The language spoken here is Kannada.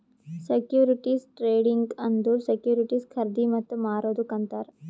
ಸೆಕ್ಯೂರಿಟಿಸ್ ಟ್ರೇಡಿಂಗ್ ಅಂದುರ್ ಸೆಕ್ಯೂರಿಟಿಸ್ ಖರ್ದಿ ಮತ್ತ ಮಾರದುಕ್ ಅಂತಾರ್